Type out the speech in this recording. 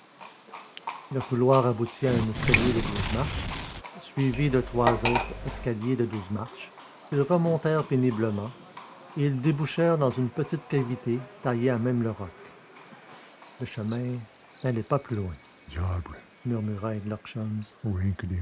le couloir aboutit à un escalier de douze marches suivi de trois autres escaliers de douze marches qu'ils remontèrent péniblement et ils débouchèrent dans une petite cavité taillée à même le roc le chemin n'allait pas plus loin